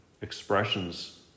expressions